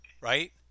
right